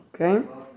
okay